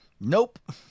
nope